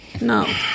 no